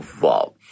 wow